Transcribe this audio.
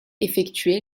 effectué